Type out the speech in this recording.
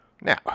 Now